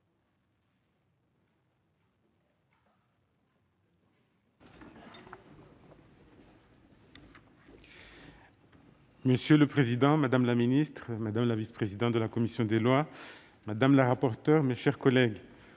Monsieur le président, monsieur le ministre, madame la vice-présidente de la commission des lois, madame la rapporteure, mes chers collègues,